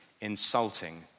insulting